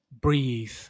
breathe